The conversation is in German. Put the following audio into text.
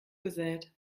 gesät